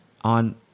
on